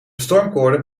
stormkoorden